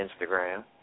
Instagram